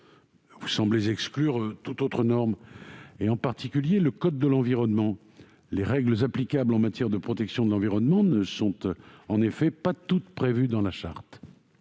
Vous semblez exclure toute autre norme, et en particulier le code de l'environnement : or les règles applicables en matière de protection de l'environnement ne sont pas toutes prévues dans la Charte.